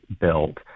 built